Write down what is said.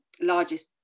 largest